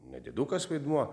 nedidukas vaidmuo